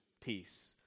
peace